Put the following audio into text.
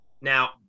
Now